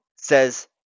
says